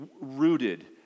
rooted